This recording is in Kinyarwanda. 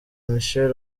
michel